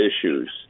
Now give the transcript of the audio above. issues